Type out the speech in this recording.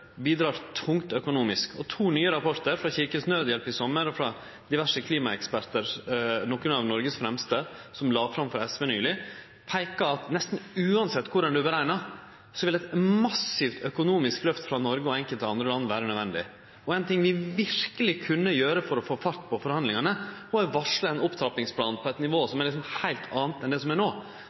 og store ressursar bidreg tungt økonomisk. To nye rapportar, frå Kirkens Nødhjelp i sommar og frå nokre av Noregs fremste klimaekspertar, som vart lagde fram for SV nyleg, peika på at nesten same korleis ein rekna, ville eit massivt økonomisk løft frå Noreg og enkelte andre land vere nødvendig. Og ein ting vi verkeleg kunne gjere for å få fart på forhandlingane,